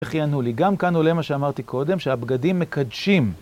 איך יענו לי... גם כאן עולה מה שאמרתי קודם, שהבגדים מקדשים.